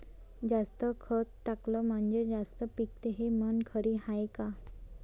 जास्त खत टाकलं म्हनजे जास्त पिकते हे म्हन खरी हाये का?